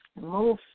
move